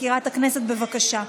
מזכירת הכנסת, בבקשה.